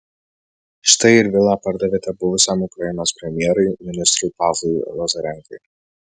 štai ir vilą pardavėte buvusiam ukrainos premjerui ministrui pavlui lazarenkai